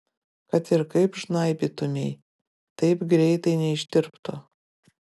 kad ir kaip žnaibytumei taip greitai neištirptų